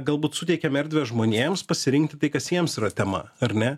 galbūt suteikiam erdvę žmonėms pasirinkti tai kas jiems yra tema ar ne